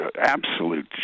absolute